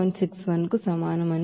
61కు సమానం అని మీకు తెలుసు